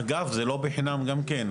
אגב, זה לא בחינם גם כן.